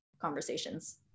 conversations